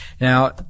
Now